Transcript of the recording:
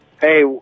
Hey